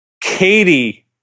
Katie